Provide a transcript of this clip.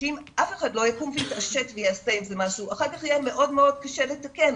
שאם אף אחד לא יקום ויתעשת ויעשה עם זה משהו אחר כך יהיה מאוד קשה לתקן.